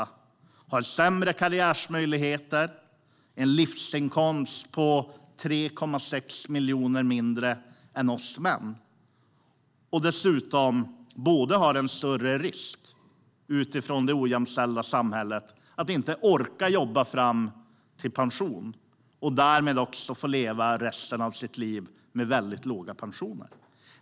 De har sämre karriärmöjligheter och en livsinkomst på 3,6 miljoner mindre än vi män. Dessutom utsätts de för en större risk, utifrån det ojämställda samhället, att inte orka jobba fram till pension. Därmed får de leva resten av sina liv med väldigt låga pensioner.